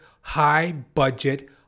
high-budget